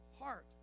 heart